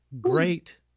great